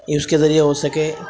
یہ اس کے ذریعے ہو سکے